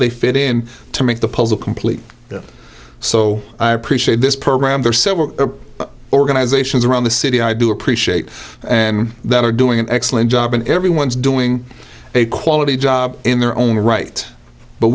they fit in to make the puzzle complete so i appreciate this program there are several organizations around the city i do appreciate that are doing an excellent job and everyone's doing a quality job in their own right but